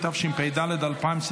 התשפ"ד 2024,